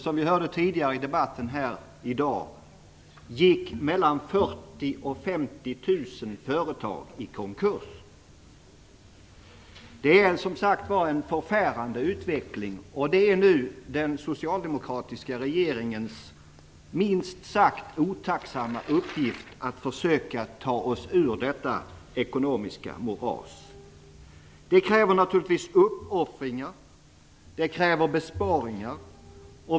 Som vi hörde tidigare i debatten gick mellan Det är en förfärande utveckling. Det är nu den socialdemokratiska regeringens minst sagt otacksamma uppgift att försöka ta oss ur detta ekonomiska moras. Det kräver naturligtvis uppoffringar. Det kräver besparingar.